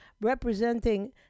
representing